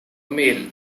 male